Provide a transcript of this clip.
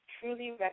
truly